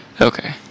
Okay